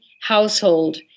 household